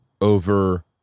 over